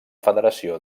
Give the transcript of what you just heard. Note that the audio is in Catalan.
federació